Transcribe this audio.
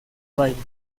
baile